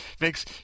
makes